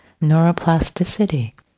neuroplasticity